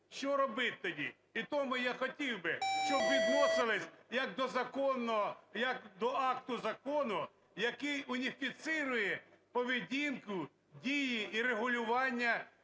що робити тоді? І тому я хотів би, щоб відносилися як до законного, як до акту закону, який уніфікує поведінку, дії і регулювання